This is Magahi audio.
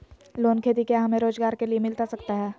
लोन खेती क्या हमें रोजगार के लिए मिलता सकता है?